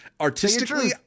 Artistically